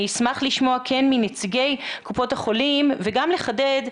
אני אשמח לשמוע מנציגי קופות החולים וגם לחדד,